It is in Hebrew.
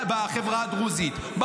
יש בעיה עם תכנון ובנייה בחברה הדרוזית,